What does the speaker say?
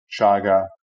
Chaga